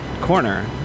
corner